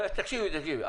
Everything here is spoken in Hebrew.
תקשיבו, תקשיבו.